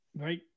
right